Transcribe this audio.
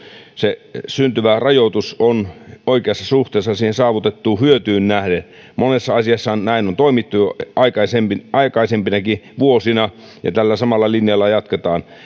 se syntyvä rajoitus on oikeassa suhteessa saavutettuun hyötyyn nähden monessa asiassahan näin on toimittu jo aikaisempinakin vuosina ja tällä samalla linjalla jatketaan